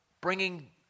bringing